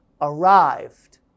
arrived